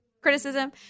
criticism